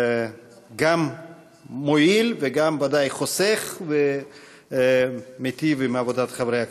גם מועיל וגם ודאי חוסך ומיטיב את עבודת חברי הכנסת.